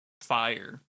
fire